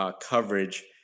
coverage